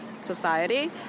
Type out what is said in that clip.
society